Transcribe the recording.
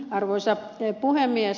arvoisa puhemies